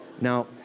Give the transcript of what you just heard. Now